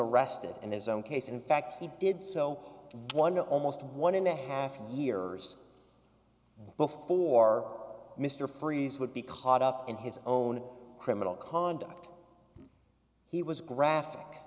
arrested in his own case in fact he did so one year almost one in a half years before mr freeze would be caught up in his own criminal conduct he was graphic